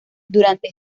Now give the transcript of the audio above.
durante